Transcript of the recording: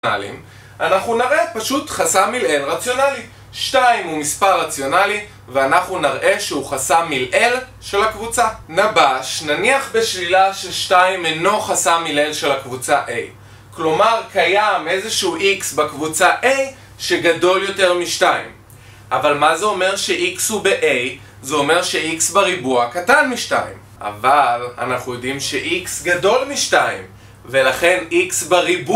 אנחנו נראה פשוט חסם מלעיל רציונלי. 2 הוא מספר רציונלי ואנחנו נראה שהוא חסם מלעיל של הקבוצה. נב״ש, נניח בשלילה ש- 2 אינו חסם מלעיל של הקבוצה A כלומר קיים איזשהו X בקבוצה A שגדול יותר מ-2 אבל מה זה אומר שX הוא ב-A? זה אומר שX בריבוע קטן מ-2 אבל אנחנו יודעים שX גדול מ-2 ולכן X בריבוע...